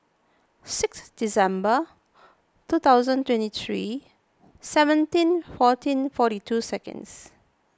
six December two thousand twenty three seventeen fourteen forty two seconds